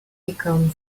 become